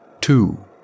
Two